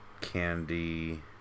Candy